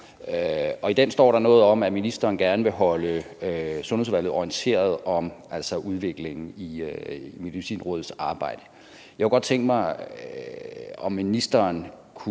og i det står der noget om, at ministeren gerne vil holde Sundheds- og Ældreudvalget orienteret om udviklingen i Medicinrådets arbejde. Jeg kunne godt tænke mig at høre, om ministeren kunne